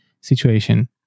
situation